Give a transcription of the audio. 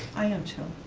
i am too.